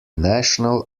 national